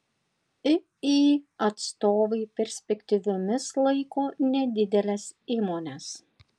iį atstovai perspektyviomis laiko nedideles įmones